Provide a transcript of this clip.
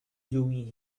doing